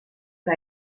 que